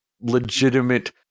legitimate